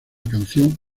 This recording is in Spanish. canción